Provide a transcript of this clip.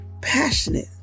passionate